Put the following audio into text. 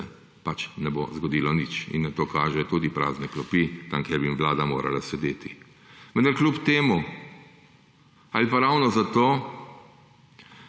pač ne bo zgodilo nič in na to kaže tudi prazne klopi, tam kjer bi vlada morala sedeti. Vendar kljub temu ali pa ravno zato,